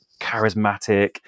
charismatic